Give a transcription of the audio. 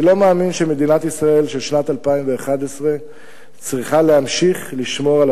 אני לא מאמין שמדינת ישראל של שנת 2011 צריכה להמשיך לשמור על